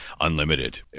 unlimited